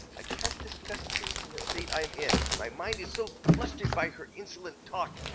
i can't discuss things in the state i'm in. my mind's so flustered by her insolent talk,